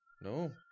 No